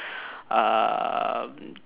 um